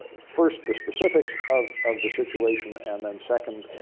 first the specifics of of the situation. and then second,